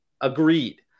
Agreed